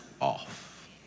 off